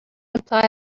imply